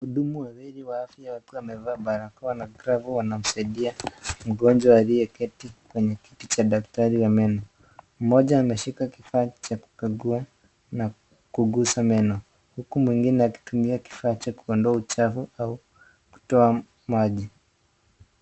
Wahudumu wawili wa afya wakiwa wamevaa barakoa na glavu wanmsaidia mgonjwa aliyeketi kwenye kiti cha daktari cha meno . Mmoja ameshika kifaa cha kukagua na kugusa meno huku mwingine akitumia kifaa cha kuondoa uchafu au kutua maji.